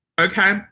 okay